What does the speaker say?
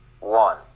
one